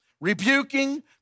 rebuking